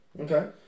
Okay